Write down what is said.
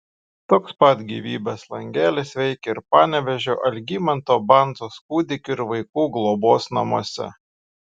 toks pat gyvybės langelis veikia ir panevėžio algimanto bandzos kūdikių ir vaikų globos namuose